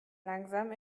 langsam